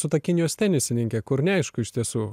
su ta kinijos tenisininke kur neaišku iš tiesų